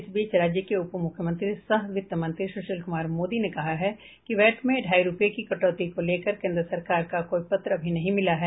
इस बीच राज्य के उप मुख्यमंत्री सह वित्त मंत्री सुशील कुमार मोदी ने कहा है कि वैट में ढाई रूपये की कटौती को लेकर केन्द्र सरकार का कोई पत्र अभी नहीं मिला है